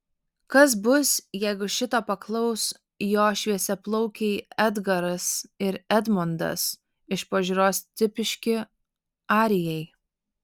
kas bus jeigu šito paklaus jo šviesiaplaukiai edgaras ir edmondas iš pažiūros tipiški arijai